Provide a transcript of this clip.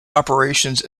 operations